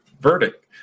verdict